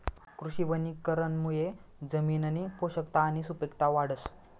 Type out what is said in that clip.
कृषी वनीकरणमुये जमिननी पोषकता आणि सुपिकता वाढस